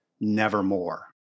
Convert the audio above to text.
nevermore